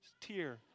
tear